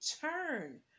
turn